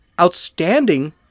outstanding